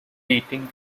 beating